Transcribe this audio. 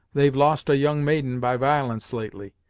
they've lost a young maiden by violence, lately,